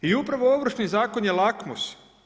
I upravo Ovršni zakon je lakmus.